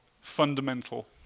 fundamental